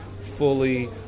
fully